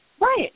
Right